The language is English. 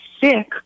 sick